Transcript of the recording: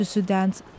Sudan's